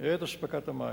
את אספקת המים.